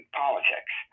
politics